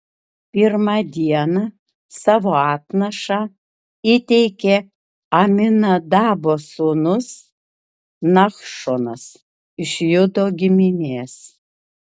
pirmą dieną savo atnašą įteikė aminadabo sūnus nachšonas iš judo giminės